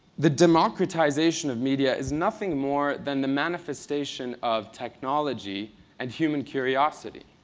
the democratization of media is nothing more than the manifestation of technology and human curiosity.